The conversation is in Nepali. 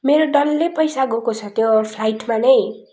मेरो डल्लै पैसा गएको छ त्यो फ्लाइटमा नै